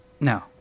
No